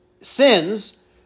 sins